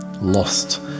lost